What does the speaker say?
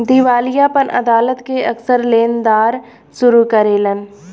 दिवालियापन अदालत के अक्सर लेनदार शुरू करेलन